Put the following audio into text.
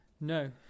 No